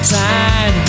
time